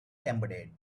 embedded